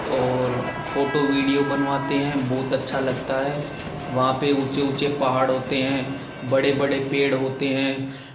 और photo video बनवाते हैं बहुत अच्छा लगता है वहाँ पर ऊँचे ऊँचे पहाड़ होते हैं बड़े बड़े पेड़ होते हैं